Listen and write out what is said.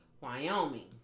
Wyoming